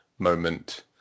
moment